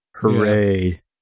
Hooray